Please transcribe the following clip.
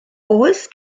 oes